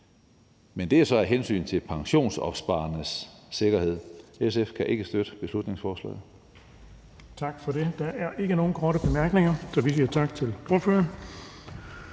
men det er så af hensyn til pensionsopsparernes sikkerhed. SF kan ikke støtte beslutningsforslaget.